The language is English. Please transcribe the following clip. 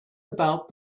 about